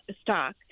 stock